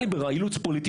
אילוץ פוליטי?